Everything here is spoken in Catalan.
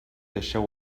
deixeu